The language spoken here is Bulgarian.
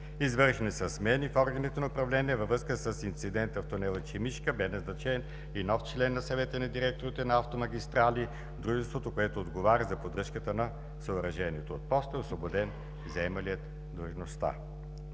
Извършени са смени в органите на управление. Във връзка с инцидент в тунел „Ечемишка“ е назначен и нов член на Съвета на директорите на „Автомагистрали“ – дружеството, което отговаря за поддръжката на съоръжението. От поста е освободен заемалият длъжността.